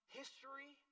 history